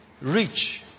reach